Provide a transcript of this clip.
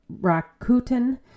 Rakuten